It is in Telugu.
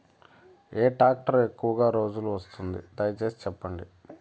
ఏ టాక్టర్ ఎక్కువగా రోజులు వస్తుంది, దయసేసి చెప్పండి?